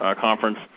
Conference